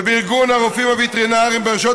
ובארגון הרופאים הווטרינריים ברשויות